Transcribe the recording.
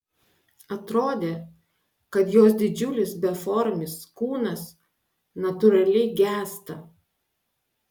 atrodė kad jos didžiulis beformis kūnas natūraliai gęsta